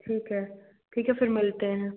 ठीक है ठीक है फिर मिलते हैं